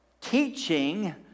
teaching